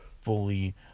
fully